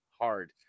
hard